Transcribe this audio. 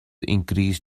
increase